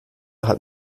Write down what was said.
hat